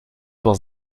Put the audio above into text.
was